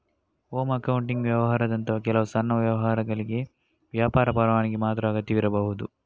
home accounting ವ್ಯವಹಾರದಂತಹ ಕೆಲವು ಸಣ್ಣ ವ್ಯವಹಾರಗಳಿಗೆ ವ್ಯಾಪಾರ ಪರವಾನಗಿ ಮಾತ್ರ ಅಗತ್ಯವಿರಬಹುದು